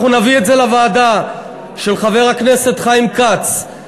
אנחנו נביא את זה לוועדה של חבר הכנסת חיים כץ,